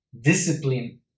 discipline